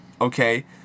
okay